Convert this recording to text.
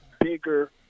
bigger